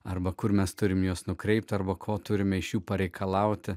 arba kur mes turime juos nukreipti arba ko turime iš jų pareikalauti